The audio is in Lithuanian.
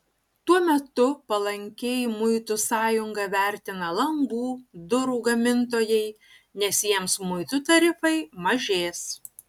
tuo metu palankiai muitų sąjungą vertina langų durų gamintojai nes jiems muitų tarifai mažės